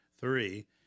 three